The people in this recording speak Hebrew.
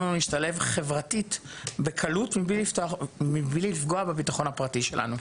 לנו להשתלב חברתית בקלות מבלי לפגוע בביטחון הפרטי שלנו.